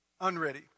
unready